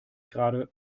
gerade